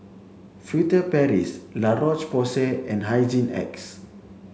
Furtere Paris La Roche Porsay and Hygin X